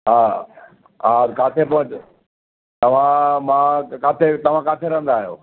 हा हा किथे पहुंच तव्हां मां किथे तव्हां किथे रहंदा आहियो